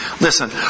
Listen